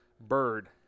bird